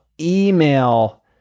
email